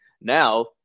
Now